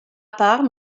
part